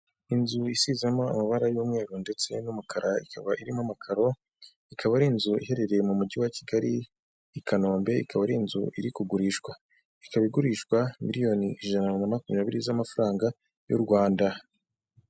Inzu isizemo amabara y'umweru ndetse n'umukara ikaba irimo amakaro, ikaba ari inzu iherereye mu mujyi wa Kigali i Kanombe, ikaba ari inzu iri kugurishwa, ikaba igurishwa miliyoni ijana na makumyabiri z'amafaranga y'u Rwanda.